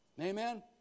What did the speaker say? Amen